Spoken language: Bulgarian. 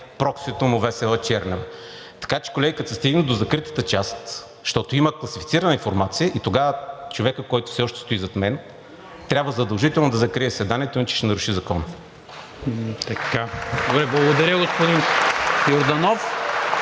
проксито му Весела Чернева! Така че, колеги, като стигнем до закритата част, защото има класифицирана информация, тогава човекът, който все още стои зад мен, трябва задължително да закрие заседанието, иначе ще наруши закона. (Ръкопляскания от